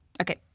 Okay